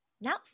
Now